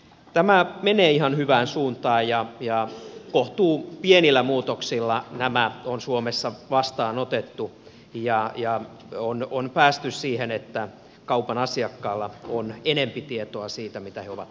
tämä menee ihan hyvään suuntaan ja kohtuu pienillä muutoksilla nämä on suomessa vastaanotettu ja on päästy siihen että kaupan asiakkaalla on enempi tietoa siitä mitä he ovat ostamassa